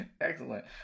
Excellent